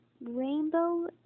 rainbow